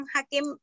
Hakim